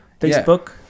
facebook